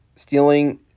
Stealing